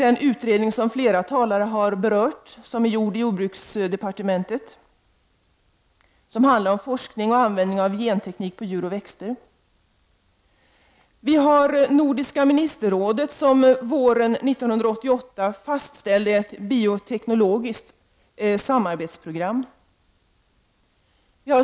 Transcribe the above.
En utredning, som flera talare har berört, har gjorts inom jordbruksdepar tementet och handlar om forskning om och användning av genteknik på djur och växter. Nordiska ministerrådet fastställde våren 1988 ett bioteknologiskt samarbetsprogram.